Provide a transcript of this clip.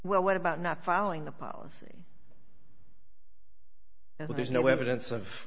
well what about not following the policy and there's no evidence of